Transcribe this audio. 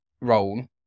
role